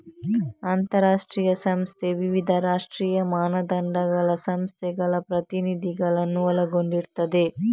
ಅಂತಾರಾಷ್ಟ್ರೀಯ ಸಂಸ್ಥೆ ವಿವಿಧ ರಾಷ್ಟ್ರೀಯ ಮಾನದಂಡಗಳ ಸಂಸ್ಥೆಗಳ ಪ್ರತಿನಿಧಿಗಳನ್ನ ಒಳಗೊಂಡಿರ್ತದೆ